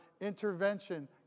Intervention